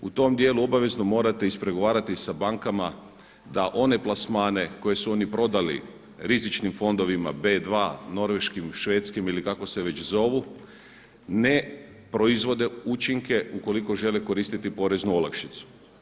U tom djelu obavezno morate ispregovarati sa bankama da one plasmane koje su oni prodali rizičnim fondovima B2, norveškim, švedskim ili kako se već zovu ne proizvode učinke ukoliko žele koristiti poreznu olakšicu.